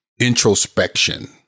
introspection